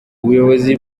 ubuyobozi